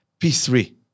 P3